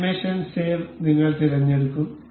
animation save നിങ്ങൾ തിരഞ്ഞെടുക്കും